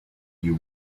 you